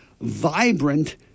vibrant